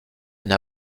n’a